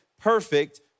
perfect